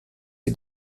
die